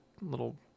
little